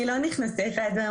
אני לא נכנסתי לך לדברים,